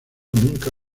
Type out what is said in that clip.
nunca